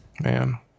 Man